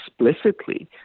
explicitly